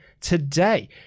today